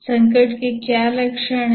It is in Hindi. संकट के क्या लक्षण हैं